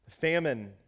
Famine